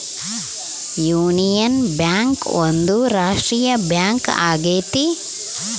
union Bank ಒಂದು ರಾಷ್ಟ್ರೀಯ bank ಆಗೈತಿ